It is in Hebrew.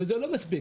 וזה לא מספיק.